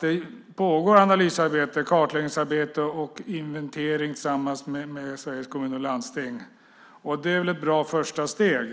Det pågår analysarbete, kartläggningsarbete och inventering tillsammans med Sveriges Kommuner och Landsting. Det är väl ett bra första steg.